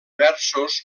versos